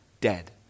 dead